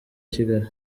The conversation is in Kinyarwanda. kigali